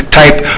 type